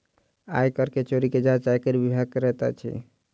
आय कर के चोरी के जांच आयकर विभाग करैत अछि